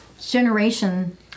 generation